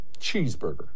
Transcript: cheeseburger